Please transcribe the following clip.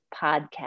podcast